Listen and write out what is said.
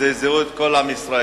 וזעזעו את כל עם ישראל.